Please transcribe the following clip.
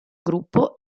gruppo